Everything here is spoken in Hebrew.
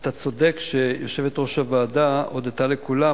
אתה צודק שיושבת-ראש הוועדה הודתה לכולם,